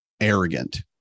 arrogant